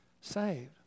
saved